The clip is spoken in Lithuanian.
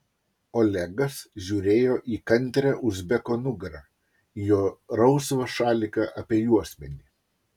olegas žiūrėjo į kantrią uzbeko nugarą į jo rausvą šaliką apie juosmenį